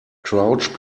crouch